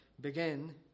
begin